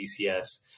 DCS